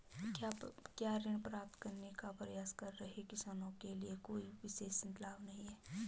क्या ऋण प्राप्त करने का प्रयास कर रहे किसानों के लिए कोई विशेष लाभ हैं?